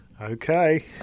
okay